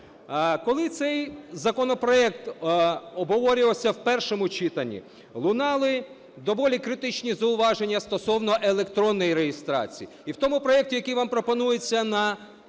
Коли цей законопроект обговорювався в першому читанні, лунали доволі критичні зауваження стосовно електронної реєстрації. І в тому проекті, який вам пропонується на